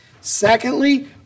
Secondly